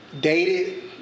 Dated